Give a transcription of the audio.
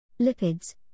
Lipids